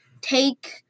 take